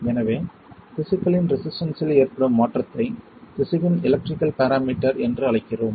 எனவே திசுக்களின் ரெசிஸ்டன்ஸ்சில் ஏற்படும் மாற்றத்தை திசுவின் எலக்ட்ரிக்கல் பேராமீட்டர் என்று அழைக்கிறோம்